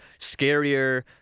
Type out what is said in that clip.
scarier